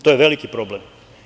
To je veliki problem.